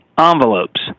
envelopes